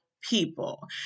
people